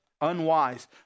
unwise